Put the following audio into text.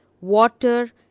water